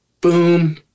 boom